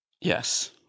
yes